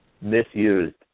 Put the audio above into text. misused